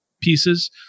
pieces